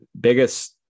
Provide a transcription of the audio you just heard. biggest